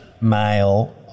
male